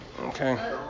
Okay